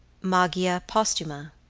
magia posthuma,